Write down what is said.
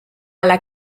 alla